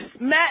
Matt